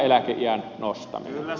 eläkeiän nostaminen